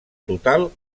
total